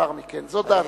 זאת דעתי.